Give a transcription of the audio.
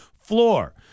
floor